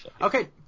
Okay